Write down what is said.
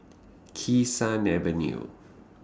Kee Sun Avenue